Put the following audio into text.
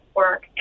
work